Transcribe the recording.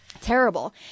Terrible